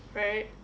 right